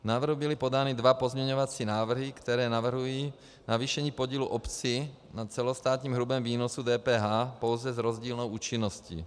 K návrhu byly podány dva pozměňovací návrhy, které navrhují navýšení podílu obcí na celostátním hrubém výnosu DPH pouze s rozdílnou účinností.